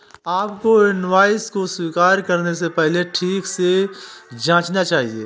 आपको इनवॉइस को स्वीकृत करने से पहले ठीक से जांचना चाहिए